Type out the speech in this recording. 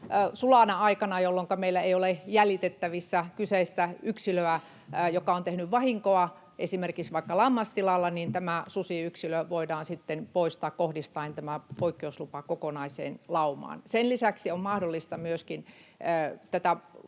sulana aikana, jolloinka meillä ei ole jäljitettävissä kyseistä susiyksilöä, joka on tehnyt vahinkoa esimerkiksi vaikka lammastilalla, tämä yksilö voidaan sitten poistaa kohdistaen poikkeuslupa kokonaiseen laumaan. Sen lisäksi on myöskin tätä